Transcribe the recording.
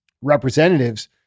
representatives